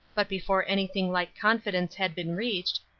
but before anything like confidence had been reached,